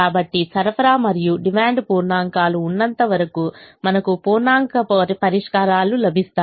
కాబట్టి సరఫరా మరియు డిమాండ్లు పూర్ణాంకాలు ఉన్నంతవరకు మనకు పూర్ణాంక పరిష్కారాలు లభిస్తాయి